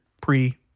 pre